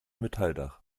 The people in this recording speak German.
metalldach